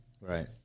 Right